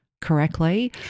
correctly